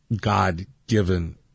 God-given